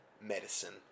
medicine